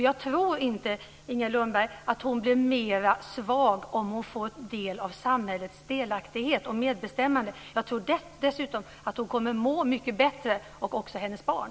Jag tror inte, Inger Lundberg, att hon blir svagare om hon blir delaktig i ett medbestämmande i samhället. Jag tror dessutom att hon och även hennes barn då kommer att må mycket bättre.